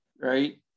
right